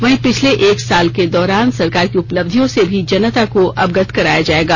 वही पिछले एक साल के दौरान सरकार की उपलब्धियों से भी जनता को अवगत कराया जाएगा